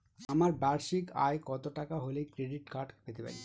আমার বার্ষিক আয় কত টাকা হলে ক্রেডিট কার্ড পেতে পারি?